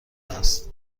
است